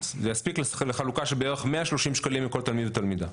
זה יספיק לחלוקה של בערך 130 שקלים לכל תלמיד ותלמידה,